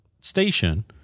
station